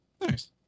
Nice